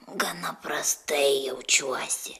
gana prastai jaučiuosi